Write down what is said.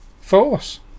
force